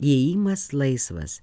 įėjimas laisvas